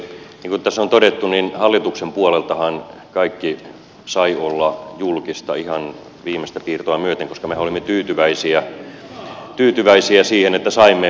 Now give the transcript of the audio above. niin kuin tässä on todettu niin hallituksen puoleltahan kaikki sai olla julkista ihan viimeistä piirtoa myöten koska mehän olimme tyytyväisiä siihen että saimme vakuudet